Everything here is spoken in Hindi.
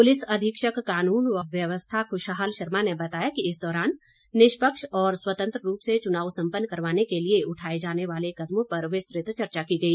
पुलिस अधीक्षक कानून व व्यवस्था खुशहाल शर्मा ने बताया कि इस दौरान निष्पक्ष व स्वतंत्र रूप से चुनाव सम्पन्न करवाने के लिए उठाये जाने वाले कदमों पर विस्तृत चर्चा की गई